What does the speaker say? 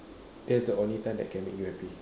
that's the only time that can you happy